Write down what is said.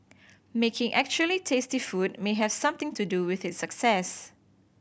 making actually tasty food may have something to do with its success